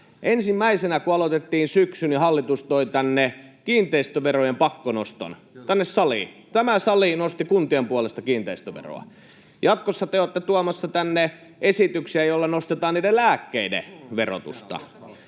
verottaa. Kun aloitettiin syksy, niin ensimmäisenä hallitus toi tänne saliin kiinteistöverojen pakkonoston. Tämä salli nosti kuntien puolesta kiinteistöveroa. Jatkossa te olette tuomassa tänne esityksiä, joilla nostetaan lääkkeiden verotusta.